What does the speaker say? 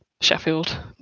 Sheffield